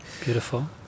Beautiful